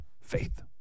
faith